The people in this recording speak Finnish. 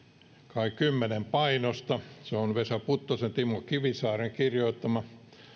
kai kymmenen painosta se on vesa puttosen ja tero kivisaaren kirjoittama